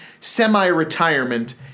semi-retirement